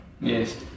Yes